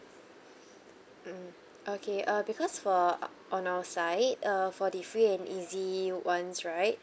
mm okay uh because for on our side uh for the free and easy ones right